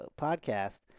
podcast